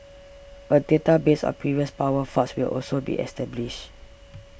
a database of previous power faults will also be established